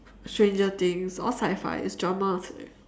stranger things all sci-fi dramas eh